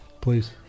please